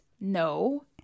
No